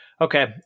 Okay